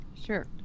sure